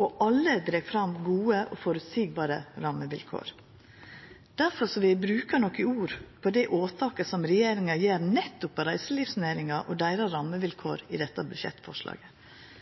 og alle trekkjer fram gode og føreseielege rammevilkår. Difor vil eg bruka nokre ord på det åtaket som regjeringa gjer nettopp på reiselivsnæringa og deira